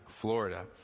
Florida